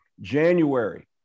January